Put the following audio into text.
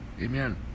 Amen